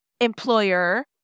employer